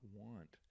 want